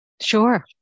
Sure